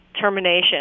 termination